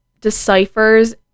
deciphers